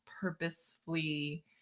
purposefully